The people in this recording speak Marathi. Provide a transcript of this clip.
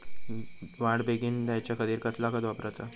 वाढ बेगीन जायच्या खातीर कसला खत वापराचा?